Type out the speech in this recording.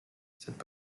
cette